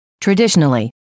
Traditionally